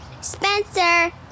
Spencer